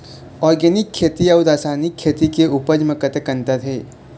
Organic खेती के अउ रासायनिक खेती के उपज म कतक अंतर हे?